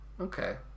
Okay